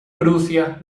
prusia